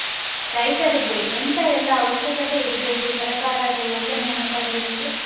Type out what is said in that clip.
ರೈತರಿಗೆ ಎಂತ ಎಲ್ಲಾ ಅವಶ್ಯಕತೆ ಇರ್ಬೇಕು ಸರ್ಕಾರದ ಯೋಜನೆಯನ್ನು ಪಡೆಲಿಕ್ಕೆ?